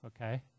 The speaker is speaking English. okay